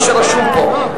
מה שרשום פה.